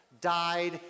died